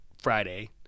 Friday